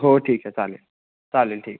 हो ठीक आहे चालेल चालेल ठीक आहे